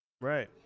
Right